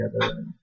together